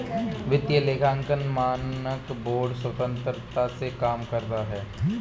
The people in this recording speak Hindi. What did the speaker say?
वित्तीय लेखांकन मानक बोर्ड स्वतंत्रता से काम करता है